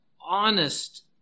honest